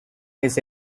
his